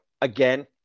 again